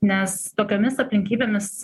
nes tokiomis aplinkybėmis